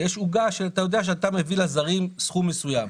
יש עוגה שאתה יודע שאתה מביא לזרים סכום מסוים.